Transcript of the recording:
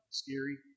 scary